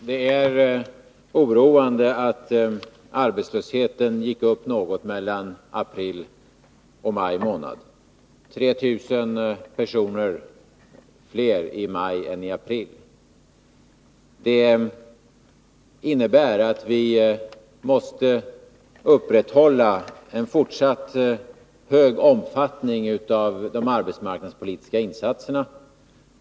Herr talman! Det är oroande att arbetslösheten gick upp något mellan april och maj. Det var 3 000 fler arbetslösa i maj än i april. Det innebär att vi måste upprätthålla en fortsatt hög omfattning av de arbetsmarknadspolitiska insatserna.